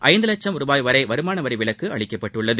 ஐந்து லட்சம் ரூபாய் வரை வருமான வரி விலக்கு அளிக்கப்பட்டுள்ளது